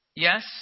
Yes